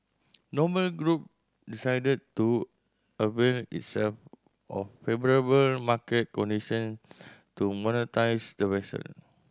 Noble Group decided to avail itself of favourable market condition to monetise the vessel